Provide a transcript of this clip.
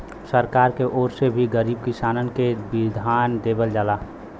सरकार के ओर से भी गरीब किसानन के धियान देवल जाला